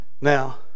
Now